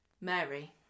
mary